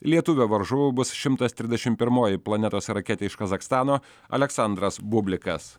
lietuvio varžovu bus šimtas trisdešim pirmoji planetos raketė iš kazachstano aleksandras bublikas